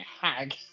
hag